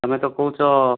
ତୁମେ ତ କହୁଛ